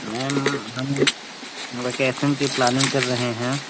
ma'am हम vacation की planning कर रहे हैं